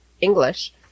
English